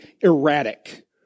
erratic